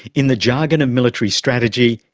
in the jargon of military strategy,